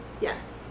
Yes